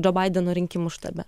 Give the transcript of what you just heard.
džo baideno rinkimų štabe